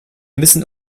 müssen